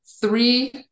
three